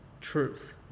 truth